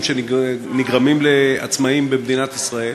חוק ומשפט להכנה לקריאה